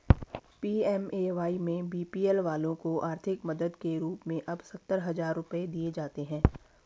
PMAY में BPL वालों को आर्थिक मदद के रूप में अब सत्तर हजार रुपये दिए जाते हैं